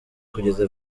kugeza